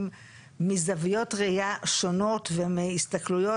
מזוויות ראייה שונות ומהסתכלויות,